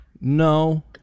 No